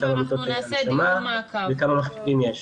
כמה מיטות הנשמה וכמה --- יש.